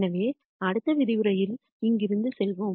எனவே அடுத்த விரிவுரையில் இங்கிருந்து செல்வோம்